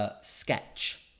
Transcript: sketch